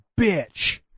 Bitch